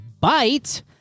bite